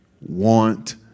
want